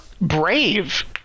brave